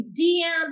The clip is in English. DMs